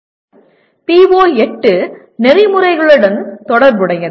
இப்போது PO8 நெறிமுறைகளுடன் தொடர்புடையது